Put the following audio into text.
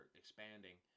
expanding